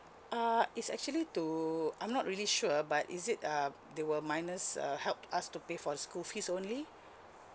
uh it's actually to I'm not really sure but is it um they will minus uh help us to pay for the school fees only